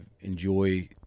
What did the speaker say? enjoy